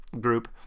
group